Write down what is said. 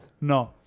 No